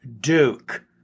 Duke